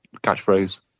catchphrase